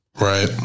Right